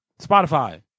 Spotify